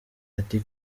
ati